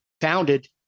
founded